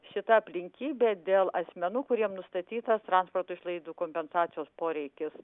šita aplinkybė dėl asmenų kuriem nustatytas transporto išlaidų kompensacijos poreikis